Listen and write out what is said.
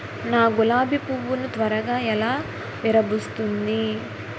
నా గులాబి పువ్వు ను త్వరగా ఎలా విరభుస్తుంది?